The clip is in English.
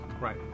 Right